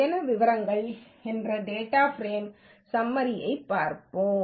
பயண விவரங்களுக்கான என்ற டேட்டா ப்ரேம் ஸம்மரி ஐப் பார்ப்போம்